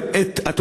היא לומדת.